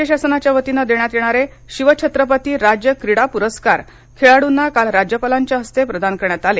राज्य शासनाच्या वतीने देण्यात येणारे शिवछत्रपती राज्य क्रीडा पुरस्कार खेळाडूंना काल राज्यपालांच्या हस्ते प्रदान करण्यात आले